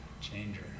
changer